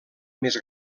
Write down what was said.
més